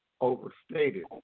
overstated